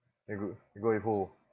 you g~ you go with who